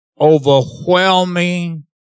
overwhelming